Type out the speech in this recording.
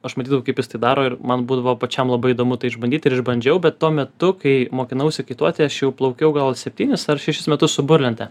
aš matydavau kaip jis tai daro ir man būdavo pačiam labai įdomu tai išbandyt ir išbandžiau bet tuo metu kai mokinausi kaituoti aš jau plaukiau gal septynis ar šešis metus su burlente